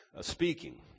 speaking